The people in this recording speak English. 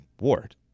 Ward